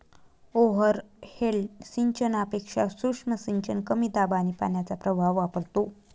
overhead सिंचनापेक्षा सूक्ष्म सिंचन कमी दाब आणि पाण्याचा प्रवाह वापरतो